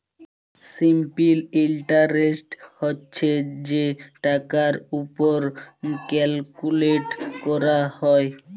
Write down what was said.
simple interest হছে যে টাকার উপর ক্যালকুলেট ক্যরা হ্যয়